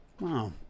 Wow